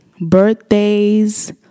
birthdays